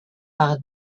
par